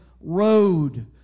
road